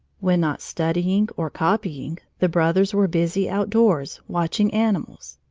when not studying or copying, the brothers were busy outdoors, watching animals.